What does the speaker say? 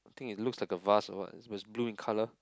I think it looks like a vase or what it was blue in colour